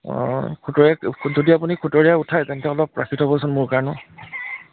অঁ খুতৰীয়াটো খু যদি আপুনি খুতৰীয়া উঠাই তেন্তে অলপ ৰাখি থ'বচোন মোৰ কাৰণেও